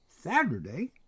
Saturday